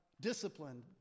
disciplined